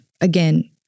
again